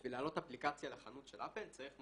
בשביל להעלות אפליקציה לחנות של אפל צריך,